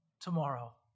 tomorrow